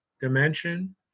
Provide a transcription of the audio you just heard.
dimension